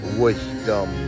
wisdom